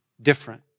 different